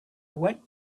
went